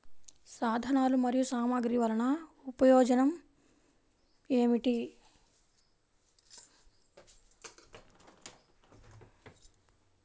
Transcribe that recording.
సాధనాలు మరియు సామగ్రి వల్లన ప్రయోజనం ఏమిటీ?